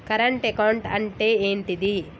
Current account అంటే ఏంటిది?